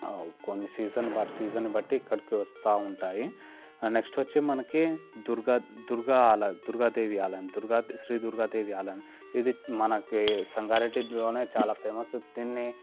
కొన్ని season but season బట్టి ఇక్కడికి వస్తూ ఉంటాయి నెక్స్ట్ వచ్చి మనకి దుర్గా దుర్గా దుర్గాదేవి ఆలయం దుర్గా శ్రీ దుర్గాదేవి ఆలయం ఇది మనకి సంగారెడ్డిలోనే చాలా ఫేమస్ దీన్ని